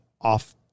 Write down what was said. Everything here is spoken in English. off